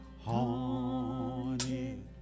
haunted